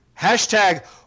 Hashtag